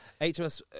HMS